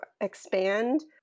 expand